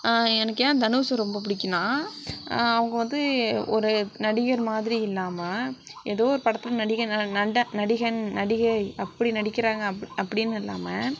எனக்கு ஏன் தனுஷ் ரொம்ப பிடிக்குனா அவங்க வந்து ஒரு நடிகர் மாதிரி இல்லாமல் எதோ ஒரு படத்தில் நடிகன் நன்ட நடிகன் நடிகை அப்படி நடிக்கிறாங்க அப் அப்படினு இல்லாமல்